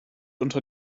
unter